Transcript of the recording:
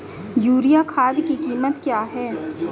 Urea खाद की कीमत क्या है?